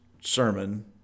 sermon